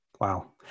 wow